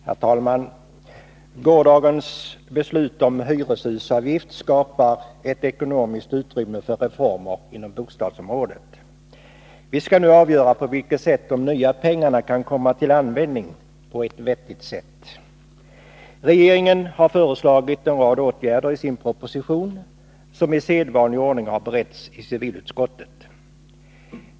Herr talman! Gårdagens beslut om hyreshusavgift skapar ett ekonomiskt utrymme för reformer inom bostadsområdet. Vi skall nu avgöra på vilket sätt dessa pengar kan komma till användning på ett vettigt sätt. Regeringen har föreslagit en rad åtgärder i sin proposition som i sedvanlig ordning har beretts i civilutskottet.